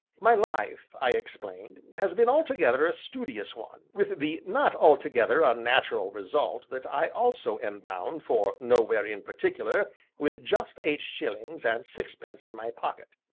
my life, i explained, has been altogether a studious one, with the not altogether unnatural result that i also am bound for nowhere-in-particular with just eight shillings and sixpence in my pocket.